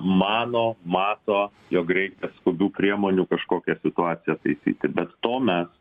mano mato jog reikia skubių priemonių kažkokią situaciją taisyti bet to mes